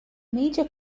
major